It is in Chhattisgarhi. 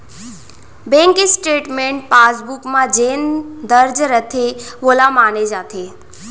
बेंक स्टेटमेंट पासबुक म जेन दर्ज रथे वोला माने जाथे